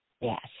Yes